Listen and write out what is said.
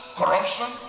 corruption